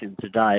today